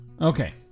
okay